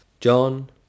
John